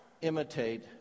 imitate